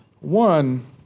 One